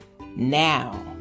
Now